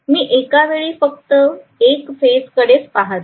मी एकावेळी फक्त एका फेज कडेच पाहत आहे